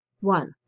one